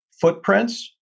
footprints